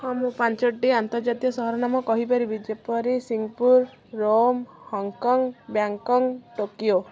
ହଁ ମୁଁ ପାଞ୍ଚଟି ଆନ୍ତର୍ଜାତୀୟ ସହରର ନାମ କହିପାରିବି ଯେପରି Singapore Rome Hong Kong Bangkok Tokyo